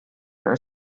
her